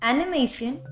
Animation